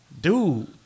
Dude